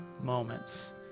moments